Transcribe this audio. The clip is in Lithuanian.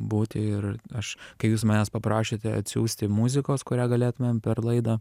būti ir aš kai jūs manęs paprašėte atsiųsti muzikos kurią galėtumėm per laidą